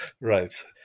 Right